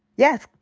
yes,